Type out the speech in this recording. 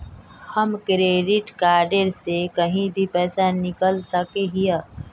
हम credit card से कहीं भी पैसा निकल सके हिये की?